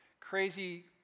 crazy